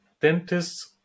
dentists